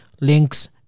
links